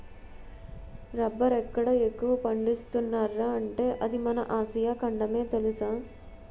రబ్బరెక్కడ ఎక్కువ పండిస్తున్నార్రా అంటే అది మన ఆసియా ఖండమే తెలుసా?